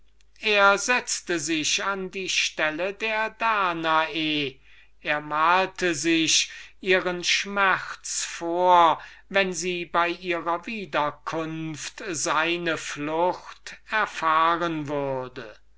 er setzte sich an die stelle der danae er malte sich ihren schmerz vor wenn sie bei ihrer wiederkunft seine flucht erfahren würde